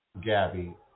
Gabby